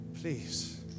Please